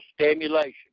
stimulation